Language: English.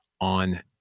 on